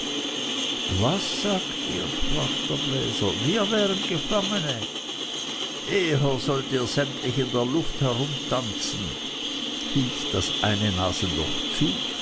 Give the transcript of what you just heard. was sagt ihr sprach der bläser wir wären gefangene eher sollt ihr sämtlich in der luft herumtanzen hielt das eine nasenloch zu